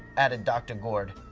added dr. gourd.